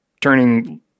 turning